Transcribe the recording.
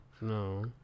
No